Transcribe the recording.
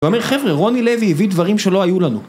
הוא אומר חבר'ה רוני לוי הביא דברים שלא היו לנו